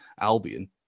Albion